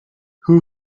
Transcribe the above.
who